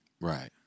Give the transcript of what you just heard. Right